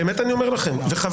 באמת אני אומר לכם וחבל.